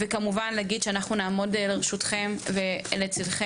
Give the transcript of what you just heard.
אני רוצה להגיד שאנחנו נעמוד לצידכם ולרשותכם.